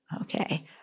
Okay